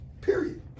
Period